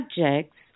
subjects